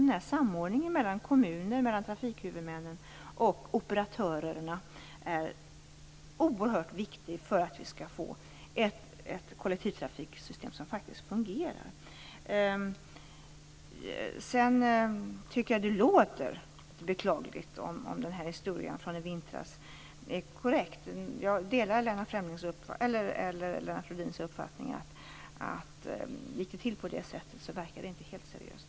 Den här samordningen mellan kommuner, trafikhuvudmän och operatörer är oerhört viktig för att vi skall få ett kollektivtrafiksystem som faktiskt fungerar. Sedan tycker jag att det låter beklagligt om den här historien från i vintras är korrekt. Här delar jag Lennart Rohdins uppfattning. Gick det till på det sättet verkar det inte helt seriöst.